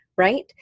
right